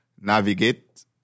navigate